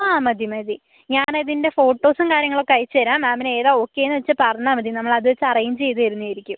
ആ മതി മതി ഞാനതിൻ്റെ ഫോട്ടോസും കാര്യങ്ങളൊക്കെ അയച്ച് തരാം മാമിന് ഏതാ ഓക്കേന്ന് വെച്ചാൽ പറഞ്ഞാൽ മതി നമ്മള് അത് വെച്ച് അറേഞ്ച് ചെയ്ത് തരുന്നത് ആയിരിക്കും